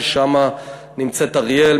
ששם נמצאת אריאל,